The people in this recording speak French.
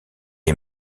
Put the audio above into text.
est